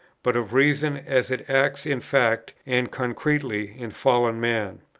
but of reason as it acts in fact and concretely in fallen man.